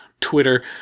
Twitter